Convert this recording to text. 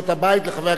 לחבר הכנסת דב חנין.